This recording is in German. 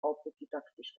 autodidaktisch